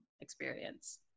experience